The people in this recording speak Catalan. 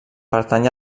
pertany